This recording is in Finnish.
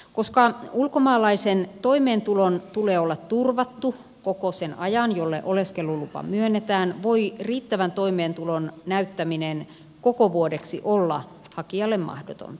koska ulkomaalaisen toimeentulon tulee olla turvattu koko sen ajan jolle oleskelulupa myönnetään voi riittävän toimeentulon näyttäminen koko vuodeksi olla hakijalle mahdotonta